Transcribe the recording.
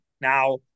Now